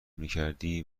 میکردی